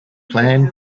plan